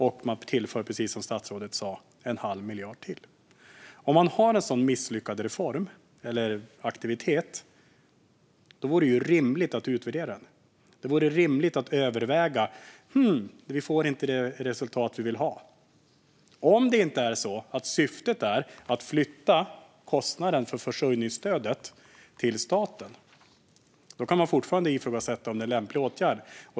Och man tillför en halv miljard till, precis som statsrådet sa. Om man har en så misslyckad reform eller aktivitet vore det rimligt att utvärdera den. Det vore rimligt att överväga den om man inte får det resultat man vill ha - om det inte är så att syftet är att flytta kostnaderna för försörjningsstöd till staten, men då kan man fortfarande ifrågasätta om det är en lämplig åtgärd.